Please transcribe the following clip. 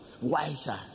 wiser